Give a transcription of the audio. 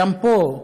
גם פה,